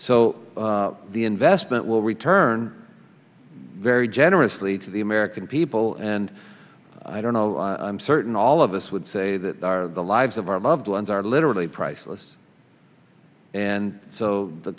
so the investment will return very generously to the american people and i don't know i'm certain all of us would say that the lives of our loved ones are literally priceless and so the